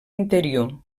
interior